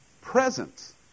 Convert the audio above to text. presence